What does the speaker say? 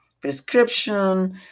prescription